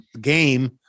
game